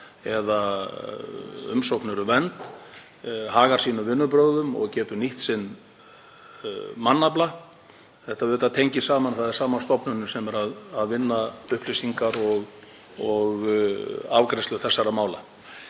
eða umsóknir um vernd, hagar sínum vinnubrögðum og getur nýtt sinn mannafla. Þetta tengist auðvitað saman, það er sama stofnunin sem vinnur upplýsingar og afgreiðslu þessara mála.